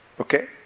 okay